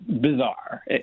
bizarre